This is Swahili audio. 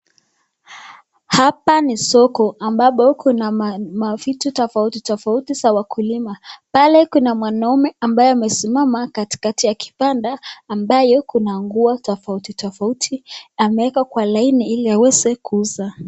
Hapa ni soko ambapo kuna mavitu tofauti tofauti za wakulima. Pale kuna mwanaume ambaye amesimama katikati ya kibanda ambayo kuna nguo tofauti tofauti ameeka kwa laini ili aweze kuuza.